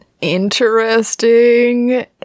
interesting